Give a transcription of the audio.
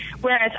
whereas